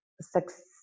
success